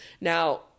Now